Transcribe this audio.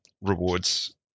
rewards